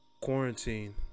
Quarantine